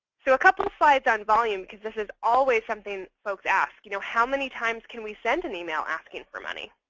so a couple of slides on volume, because this is always something folks ask. you know how many times can we send an email asking for money?